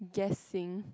guessing